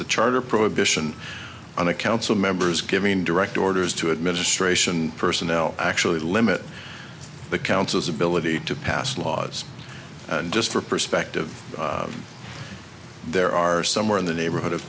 the charter prohibition on a council members giving direct orders to administration personnel actually limit the council's ability to pass laws and just for perspective there are somewhere in the neighborhood of